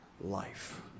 life